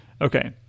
Okay